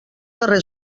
darrer